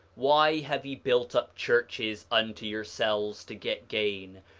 why have ye built up churches unto yourselves to get gain?